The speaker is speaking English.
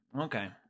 Okay